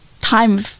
time